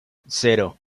cero